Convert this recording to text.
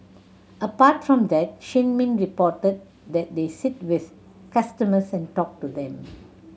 apart from that Shin Min reported that they sit with customers and talk to them